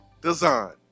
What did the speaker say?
design